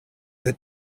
that